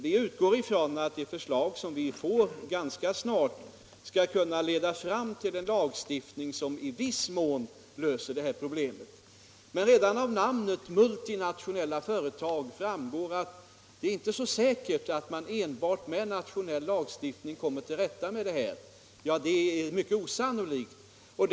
Vi utgår ifrån att de förslag som vi får ganska snart skall kunna leda fram till en lagstiftning som i viss mån löser problemet. Men redan av benämningen multinationella företag framgår att det är rätt osannolikt att man enbart med nationell lagstiftning kan åstadkomma en tillfredsställande ordning.